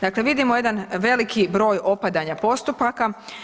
Dakle, vidimo jedan veliki broj opadanja postupaka.